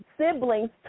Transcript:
siblings